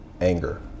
anger